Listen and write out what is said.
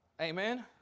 Amen